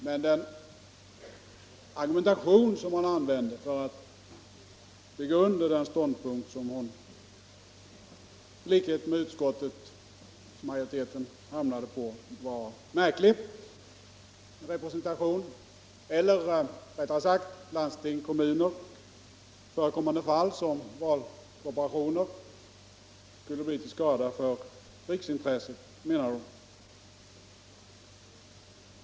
Men den argumentation som hon använde för att bygga under den ståndpunkt som hon i likhet med utskottsmajoriteten står för var märklig. Landsting och kommuner i förekommande fall som valkorporationer skulle bli till skada för riksintresset, menade hon.